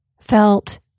felt